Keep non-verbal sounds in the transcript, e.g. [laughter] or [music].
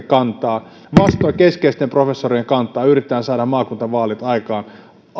[unintelligible] kantaa vastoin keskeisten professorien kantaa yritetään saada maakuntavaalit